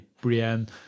brienne